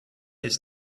ist